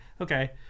okay